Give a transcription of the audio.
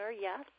yes